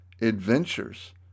adventures